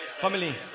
Family